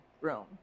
room